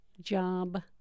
job